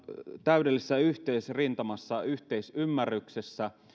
täydellisessä yhteisrintamassa yhteisymmärryksessä